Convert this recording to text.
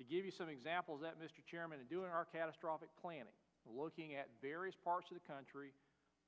to give you some examples that mr chairman to do in our catastrophic planning looking at various parts of the country